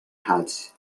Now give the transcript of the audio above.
hats